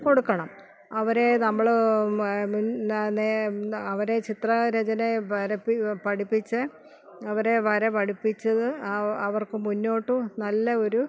കൊടുക്കണം അവരെ നമ്മൾ അവരെ ചിത്രരചനയെ വരപ്പിച്ചു പഠിപ്പിച്ചു അവരെ വര പിഠിപ്പിച്ചത് അവർക്ക് മുന്നോട്ട് നല്ല ഒരു